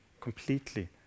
completely